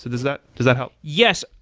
does that does that help? yes.